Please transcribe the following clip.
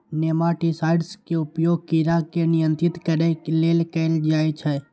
nematicides के उपयोग कीड़ा के नियंत्रित करै लेल कैल जाइ छै